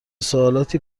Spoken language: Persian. سوالاتی